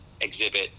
exhibit